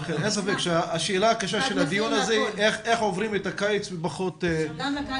ספק שהשאלה הקשה של הדיון הזה היא איך עוברים את הקיץ עם פחות קורבנות.